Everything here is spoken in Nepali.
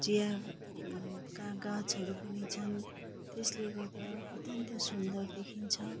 चियाका गाँचहरू पनि छन् त्यसले गर्दा अत्यन्त सुन्दर देखिन्छ